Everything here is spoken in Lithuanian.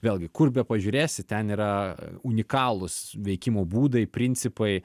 vėlgi kur bepažiūrėsi ten yra unikalūs veikimo būdai principai